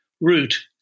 route